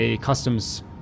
customs